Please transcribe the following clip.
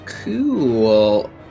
Cool